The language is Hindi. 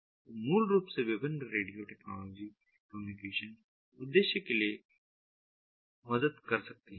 ये मूल रूप से विभिन्न रेडियो टेक्नोलॉजी कम्युनिकेशन उद्देश्य के लिए मदद कर सकती हैं